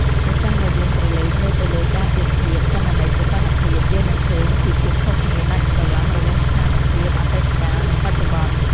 ប្រសិនបើយើងក្រឡេកមើលទៅលើការប្រៀបធៀបទិន្នន័យសីតុណ្ហភាព យើងនឹងឃើញពីភាពខុសគ្នាដាច់ស្រឡះរវាងស្ថានភាពអតីតកាល និងបច្ចុប្បន្ន។